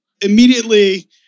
immediately